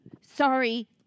sorry